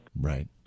Right